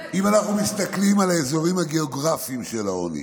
אם אנחנו מסתכלים על האזורים הגיאוגרפיים של העוני,